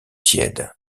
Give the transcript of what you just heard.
tiède